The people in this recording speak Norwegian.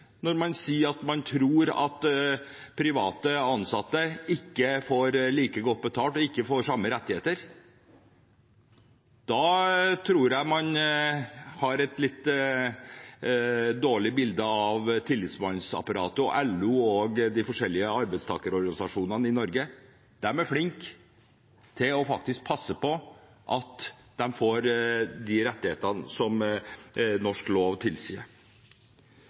når man sier man tror at privat ansatte ikke får like godt betalt eller samme rettigheter. Da tror jeg man har et litt dårlig bilde av tillitsmannsapparatet, LO og de forskjellige arbeidstakerorganisasjonene i Norge. De er flinke til å passe på at man får de rettighetene som norsk lov tilsier.